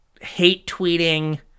hate-tweeting